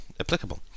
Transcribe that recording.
applicable